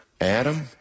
Adam